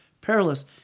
perilous